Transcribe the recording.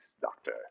Doctor